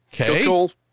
Okay